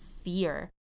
fear